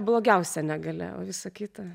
blogiausia negalia o visa kita